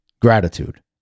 Gratitude